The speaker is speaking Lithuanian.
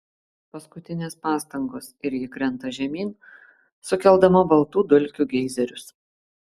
paskutinės pastangos ir ji krenta žemyn sukeldama baltų dulkių geizerius